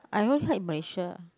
I don't like Malaysia